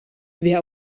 wer